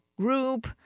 group